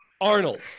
Arnold